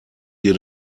dir